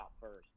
first